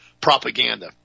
propaganda